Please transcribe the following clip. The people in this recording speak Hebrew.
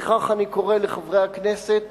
לפיכך אני קורא לחברי הכנסת